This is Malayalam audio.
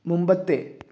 മുമ്പത്തെ